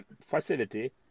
facility